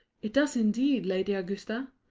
it does, indeed, lady augusta.